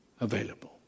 available